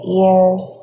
ears